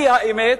אני, האמת,